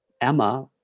Emma